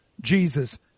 Jesus